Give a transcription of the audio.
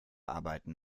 arbeiten